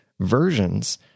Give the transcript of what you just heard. versions